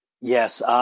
Yes